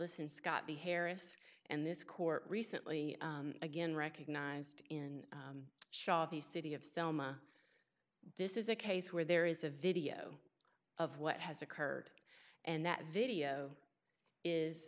us in scott the harris and this court recently again recognized in the city of selma this is a case where there is a video of what has occurred and that video is